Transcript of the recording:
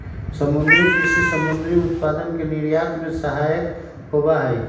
समुद्री कृषि समुद्री उत्पादन के निर्यात में सहायक होबा हई